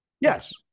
yes